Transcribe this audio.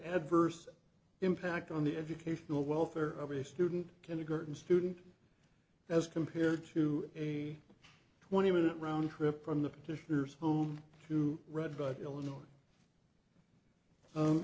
adverse impact on the educational welfare of a student kindergarten student as compared to a twenty minute round trip from the petitioner's home to redbud illinois